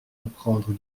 apprendre